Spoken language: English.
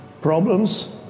problems